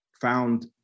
found